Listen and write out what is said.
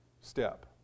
step